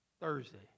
Thursday